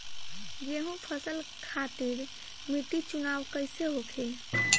गेंहू फसल खातिर मिट्टी चुनाव कईसे होखे?